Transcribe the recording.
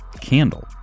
candle